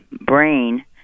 brain